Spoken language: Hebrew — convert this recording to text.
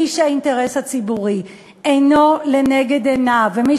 מי שהאינטרס הציבורי אינו לנגד עיניו ומי